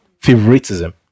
favoritism